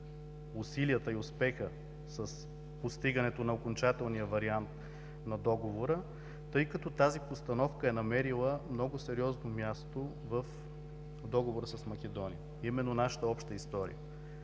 усилията и успеха с постигането на окончателния вариант на Договора, тъй като тази постановка е намерила много сериозно място в Договора с Македония, именно нашата обща история.